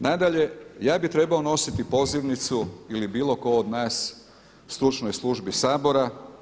Nadalje, ja bih trebao nositi pozivnicu ili bilo tko od nas stručnoj službi sabora.